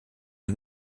der